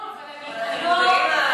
אתם מודעים ---?